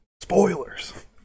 Spoilers